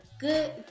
good